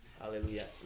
Hallelujah